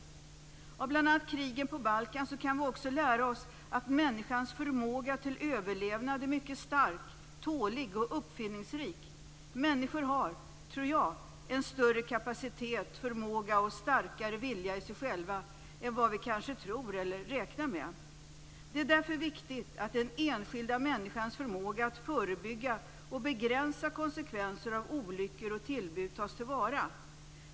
Av bl.a. krigen på Balkan kan vi också lära oss att människan i sin förmåga till överlevnad är mycket stark, tålig och uppfinningsrik. Människor har, tror jag, större kapacitet och förmåga och en starkare vilja i sig själva än vad vi kanske tror eller räknar med. Det är därför viktigt att den enskilda människans förmåga att förebygga och begränsa konsekvenser av olyckor och tillbud tas till vara.